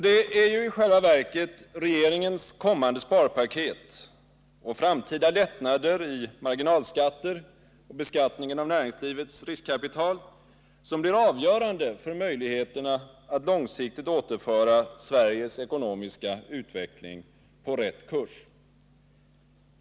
Det är ju i själva verket regeringens kommande sparpaket och framtida lättnader i marginalskatter och beskattningen av näringslivets riskkapital som blir avgörande för möjligheterna att långsiktigt återföra Sveriges ekonomiska utveckling på rätt kurs.